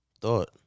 thought